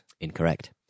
Incorrect